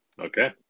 Okay